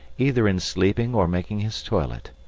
either in sleeping or making his toilet.